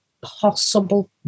possible